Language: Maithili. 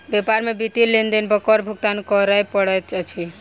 व्यापार में वित्तीय लेन देन पर कर भुगतान करअ पड़ैत अछि